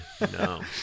no